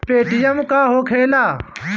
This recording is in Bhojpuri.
पेटीएम का होखेला?